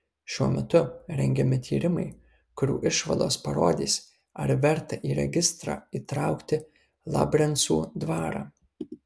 šiuo metu rengiami tyrimai kurių išvados parodys ar verta į registrą įtraukti labrencų dvarą